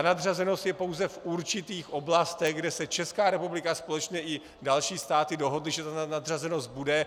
Nadřazenost je pouze v určitých oblastech, kde se Česká republika společně i další státy dohodly, že ta nadřazenost tam bude.